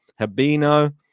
Habino